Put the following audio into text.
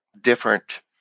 different